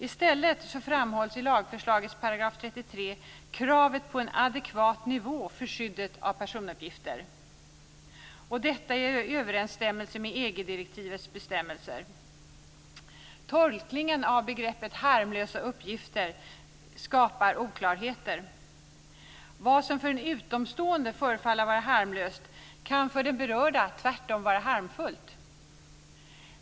I stället framhålls i lagförslagets § 33 kravet på en adekvat nivå för skyddet av personuppgifter. Detta är i överensstämmelse med EG direktivets bestämmelser. Tolkningen av begreppet harmlösa uppgifter skapar oklarheter. Vad som för en utomstående förefaller vara harmlöst kan för den berörda tvärtom vara harmfullt.